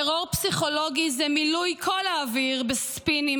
טרור פסיכולוגי זה מילוי כל האוויר בספינים,